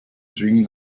schwingen